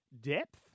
depth